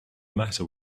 matter